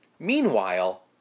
Meanwhile